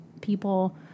people